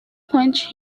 quenched